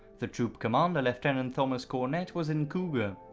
the troop commander, lieutenant thomas cornett was in cougar.